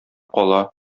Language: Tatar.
кала